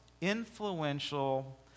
influential